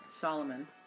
Solomon